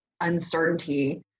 uncertainty